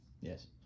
Yes